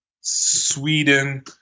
Sweden